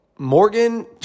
Morgan